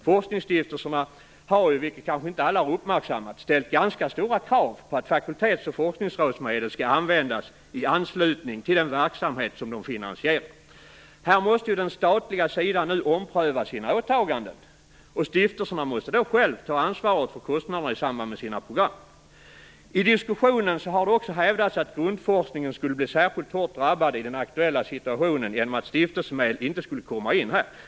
Forskningsstiftelserna har ju, vilket kanske inte alla har uppmärksammat, ställt ganska stora krav på att fakultets och forskningsrådsmedel skall användas i anslutning till den verksamhet som de finansierar. Här måste ju den statliga sidan nu ompröva sina åtaganden, och stiftelserna måste då själva ta ansvaret för kostnaderna i samband med sina program. I diskussionen har det också hävdats att grundforskningen skulle bli särskilt hårt drabbad i den aktuella situationen genom att stiftelsemedel inte skulle komma in här.